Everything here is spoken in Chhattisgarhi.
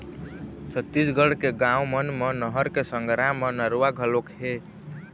छत्तीसगढ़ के गाँव मन म नहर के संघरा म नरूवा घलोक हे